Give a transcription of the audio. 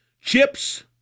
chips